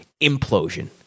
implosion